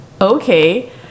okay